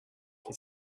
from